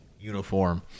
uniform